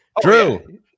Drew